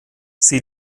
sie